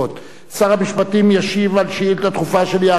שר המשפטים ישיב על שאילתא דחופה של יעקב כץ.